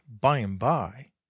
by-and-by